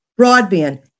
broadband